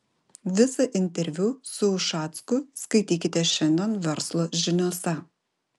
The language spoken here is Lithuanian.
visą interviu su ušacku skaitykite šiandien verslo žiniose